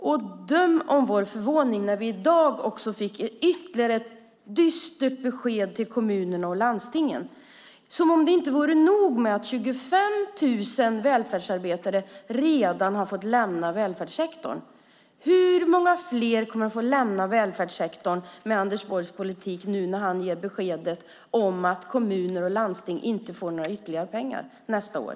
Döm därför om vår förvåning när det i dag kom ytterligare ett dystert besked till kommunerna och landstingen, som om det inte vore nog att 25 000 välfärdsarbetare redan har fått lämna välfärdssektorn. Hur många fler kommer att få lämna välfärdssektorn med Anders Borgs politik nu när han ger besked om att kommuner och landsting inte får några ytterligare pengar nästa år?